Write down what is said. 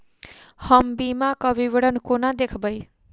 हम बीमाक विवरण कोना देखबै?